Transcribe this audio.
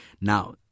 Now